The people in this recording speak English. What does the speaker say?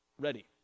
ready